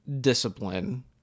discipline